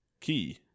Key